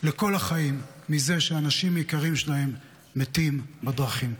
לכל החיים מזה שהאנשים היקרים שלהן מתים בדרכים.